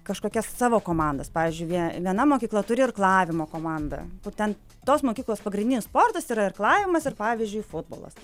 kažkokias savo komandas pavyzdžiui vie viena mokykla turi irklavimo komandą kur ten tos mokyklos pagrindinis sportas yra irklavimas ir pavyzdžiui futbolas